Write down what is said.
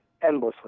Endlessly